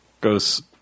Goes